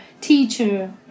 teacher